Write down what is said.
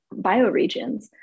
bioregions